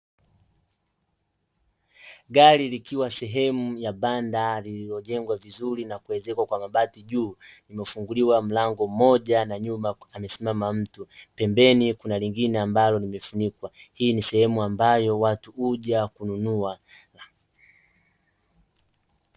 Gari likiwa sehemu ya banda lililojengwa vizuri na kuezekwa kwa mabati juu limefunguliwa mlango mmoja na nyuma amesimama mtu, pembeni kuna lingine ambalo limefunikwa, hii ni sehemu ambayo watu huja kununua .